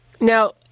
Now